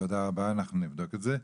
תודה רבה, אנחנו נבדוק את זה.